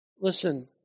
Listen